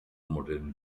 modern